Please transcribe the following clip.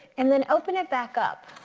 and then open it back up.